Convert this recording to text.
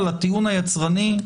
על הטיעון היצרני,